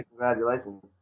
congratulations